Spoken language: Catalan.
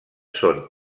són